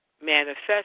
manifest